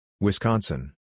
Wisconsin